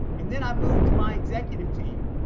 and then i moved to my executive team.